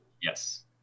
Yes